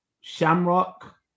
Shamrock